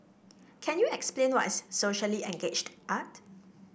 can you explain what is socially engaged art